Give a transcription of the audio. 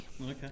Okay